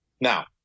Now